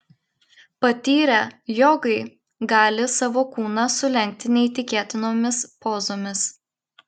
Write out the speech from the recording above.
patyrę jogai gali savo kūną sulenkti neįtikėtinomis pozomis